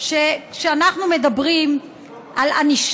זה הרוצח ממניעים